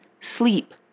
sleep